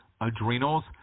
adrenals